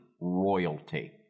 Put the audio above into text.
royalty